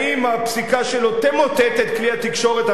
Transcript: האם הפסיקה שלו תמוטט את כלי התקשורת,